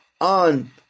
on